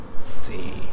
see